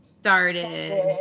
started